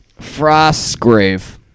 Frostgrave